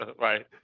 right